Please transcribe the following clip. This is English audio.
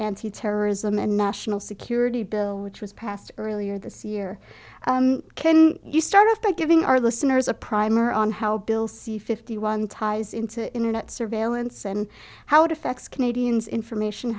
antiterrorism and national security bill which was passed earlier this year can you start off by giving our listeners a primer on how bill c fifty one ties into internet surveillance and how it affects canadians information